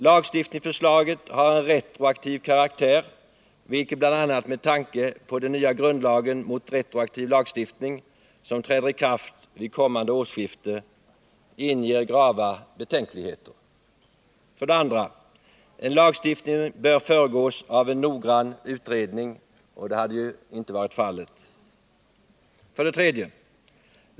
Lagstiftningsförslaget har en retroaktiv karaktär, vilket, bl.a. med tanke på den nya grundlagen mot retroaktiv lagstiftning som träder i kraft vid kommande årsskifte, inger grava betänkligheter. 2. En lagstiftning bör föregås av en noggrann utredning. — Och det hade ju inte varit fallet. 3.